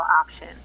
option